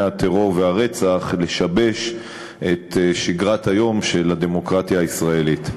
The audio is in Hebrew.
הטרור והרצח לשבש את שגרת היום של הדמוקרטיה הישראלית.